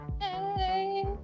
Hey